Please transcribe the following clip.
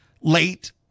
late